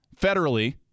federally